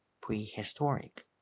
Prehistoric